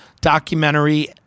documentary